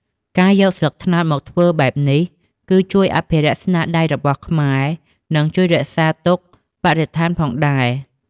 ការយកស្លឹកត្នោតមកធ្វើបែបនេះគឺជួយអភិរក្សស្នាដៃរបស់ខ្មែរ និងជួយរក្សាទុកបរិស្ថានផងដែរ។